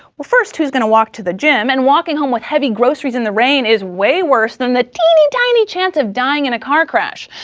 well first, who's gonna walk to the gym? and walking home with groceries in the rain is way worse than the teeny-tiny chance of dying in a car crash.